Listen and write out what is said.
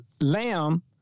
lamb